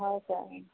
হয় ছাৰ